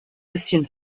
bisschen